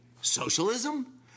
socialism